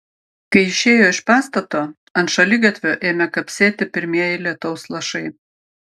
kai išėjo iš pastato ant šaligatvio ėmė kapsėti pirmieji lietaus lašai